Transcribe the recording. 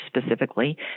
specifically